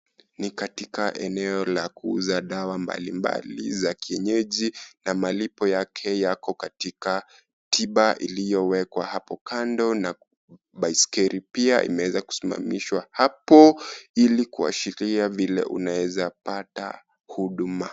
Ni katika eneo la kuuza dawa mbalimbali za Kienyeji na malipo yake yako katika(CS)tipa(CS) iliyowekwa hapo kando na baiskeri pia imeweza kusimamishwa apo ili kuashiria vile unaeza pata huduma.